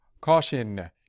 Caution